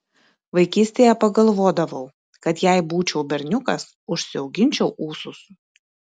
vaikystėje pagalvodavau kad jei būčiau berniukas užsiauginčiau ūsus